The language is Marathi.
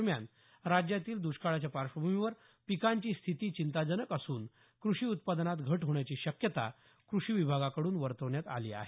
दरम्यान राज्यातील दष्काळाच्या पार्श्वभूमीवर पिकांची स्थिती चिंताजनक असून कृषी उत्पादनात घट होण्याची शक्यता कृषी विभागाकडून वर्तवण्यात आली आहे